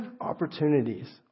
opportunities